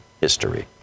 history